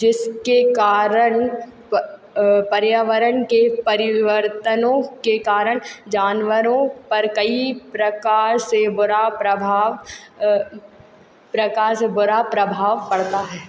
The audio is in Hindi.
जिस के कारण प पर्यावरण के परिवर्तनों के कारण जानवरों पर कई प्रकार से बुरा प्रभाव प्रकार से बुरा प्रभाव पड़ता है